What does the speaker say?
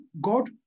God